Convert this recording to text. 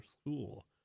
school